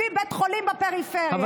הביא בית חולים לפריפריה.